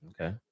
Okay